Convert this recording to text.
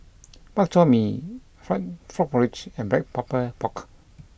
Bak Chor Mee Frog Porridge and Black Pepper Pork